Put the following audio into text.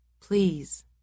Please